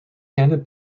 handed